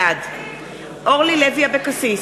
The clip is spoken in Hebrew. בעד אורלי לוי אבקסיס,